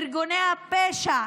ארגוני הפשע,